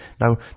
Now